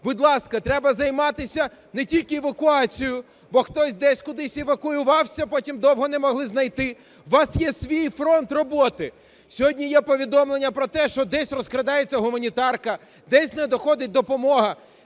Будь ласка, треба займатися не тільки евакуацією, бо хтось десь кудись евакуювався, потім довго не могли знайти. У вас є свій фронт роботи. Сьогодні є повідомлення про те, що десь розкрадається гуманітарка, десь не доходить допомога.